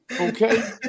Okay